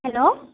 hello